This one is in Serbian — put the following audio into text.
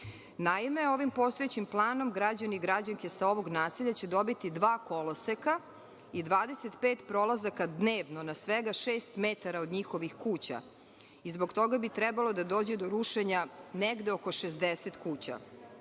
ovim postojećim planom građani i građanke ovog naselja će dobiti dva koloseka i 25 prolazaka dnevno na svega šest metara od njihovih kuća. Zbog toga bi trebalo da dođe do rušenja negde oko 60 kuća.